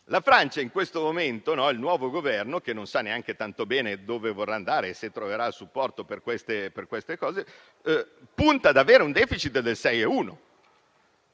è usuale. In questo momento in Francia il nuovo Governo, che non sa neanche tanto bene dove vorrà andare e se troverà supporto per queste cose, punta ad avere un *deficit* del 6,1